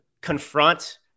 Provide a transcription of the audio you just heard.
confront